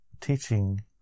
teaching